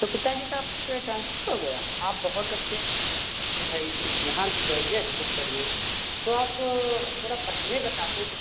तो पिता जी का आपके ट्रान्सफ़र हो गया आप बहुत अच्छे जी भाई जहाँ भी जाइए अच्छे से पढ़िए तो आप थोड़ा पहले बताते तो